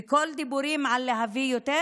וכל הדיבורים על הבאה של יותר,